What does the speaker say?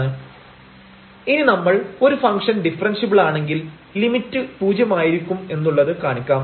Differentiability ⟺ lim┬Δρ→0⁡〖Δz dzΔρ〗0 Δρ√Δx2Δy2 ഇനി നമ്മൾ ഒരു ഫംഗ്ഷൻ ഡിഫറെൻഷ്യബിൾ ആണെങ്കിൽ ലിമിറ്റ് പൂജ്യമായിരിക്കും എന്നുള്ളത് കാണിക്കാം